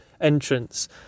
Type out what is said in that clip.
entrance